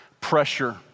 pressure